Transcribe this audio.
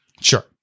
Sure